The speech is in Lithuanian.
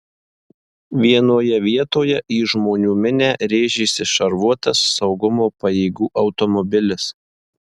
vienoje vietoje į žmonių minią rėžėsi šarvuotas saugumo pajėgų automobilis